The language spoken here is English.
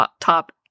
Top